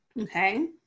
Okay